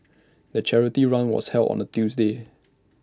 the charity run was held on A Tuesday